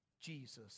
Jesus